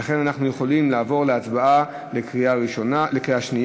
ולכן אנחנו יכולים לעבור להצבעה בקריאה שנייה.